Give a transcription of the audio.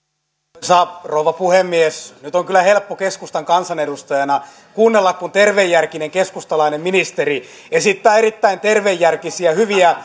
arvoisa rouva puhemies nyt on kyllä helppo keskustan kansanedustajana kuunnella kun tervejärkinen keskustalainen ministeri esittää erittäin tervejärkisiä hyviä